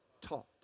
taught